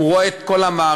הוא רואה את כל המערכת,